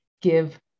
give